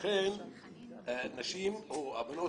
לכן הבנות